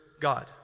God